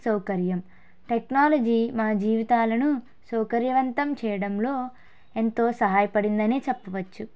సౌకర్యం టెక్నాలజీ మా జీవితాలను సౌకర్యవంతం చేయడంలో ఎంతో సహాయపడిందని చెప్పవచ్చు